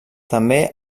també